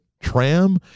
tram